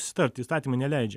susitarti įstatymai neleidžia